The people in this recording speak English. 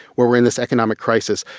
where we're in this economic crisis,